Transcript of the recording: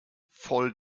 voll